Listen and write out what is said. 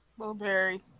Blueberry